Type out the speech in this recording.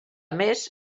més